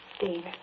Dean